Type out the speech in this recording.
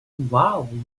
wow